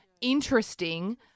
interesting